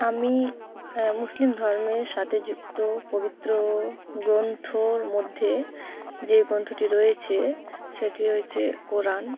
আমি মুসলিম ধর্মের সাথে যুক্ত পবিত্র গ্রন্থর মধ্যে যে গ্রন্থটি রয়েছে সেটি রয়েছে কোরান